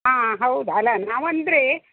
ಹಾಂ ಹೌದು ಅಲ್ಲ ನಾವು ಅಂದರೆ